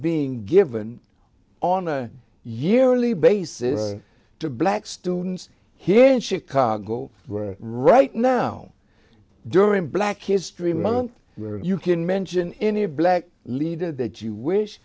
being given on a yearly basis to black students here in chicago where right now during black history month you can mention any black leader that you wish